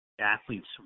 athlete's